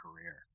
career